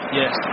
yes